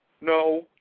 No